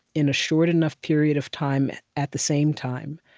in a short enough period of time at the same time,